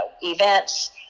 events